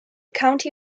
county